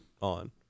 on